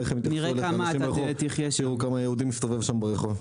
נראה איך יתייחסו אליך אנשים ברחוב כשיראו יהודי מסתובב שם ברחוב.